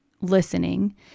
listening